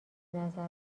نظر